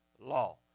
law